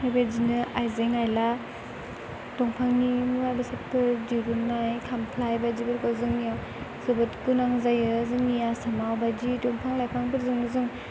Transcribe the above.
बेबायदिनो आइजें आइला दंफांनि मुवा बेसादफोर दिहुननाय खामफ्लाय बायदिफोरखौ जोंनियाव जोबोद गोनां जायो जोंनि आसामाव बायदि दंफां लाइफांफोरजोंनो जों